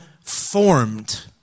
formed